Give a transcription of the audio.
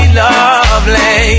lovely